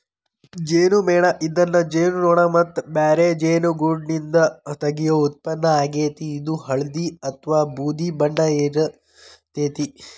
ಜೇನುಮೇಣ ಇದನ್ನ ಜೇನುನೋಣ ಮತ್ತ ಬ್ಯಾರೆ ಜೇನುಗೂಡ್ನಿಂದ ತಗಿಯೋ ಉತ್ಪನ್ನ ಆಗೇತಿ, ಇದು ಹಳ್ದಿ ಅತ್ವಾ ಬೂದಿ ಬಣ್ಣ ಇರ್ತೇತಿ